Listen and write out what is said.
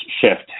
shift